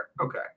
Okay